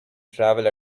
travel